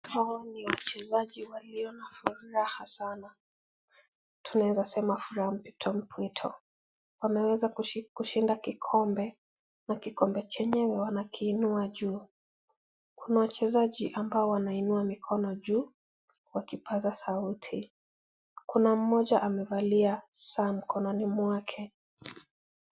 Hawa ni wachezaji walio na furaha sana, tunaeza sema furaha mpwito mpwito. Wameweza kushinda kikombe na kikombe chenyewe wanakiinua juu. Kuna wachezaji ambao wanainua mikono juu wakipaza sauti, kuna mmoja amevalia saa mkononi mwake.